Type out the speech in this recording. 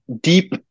deep